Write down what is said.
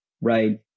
right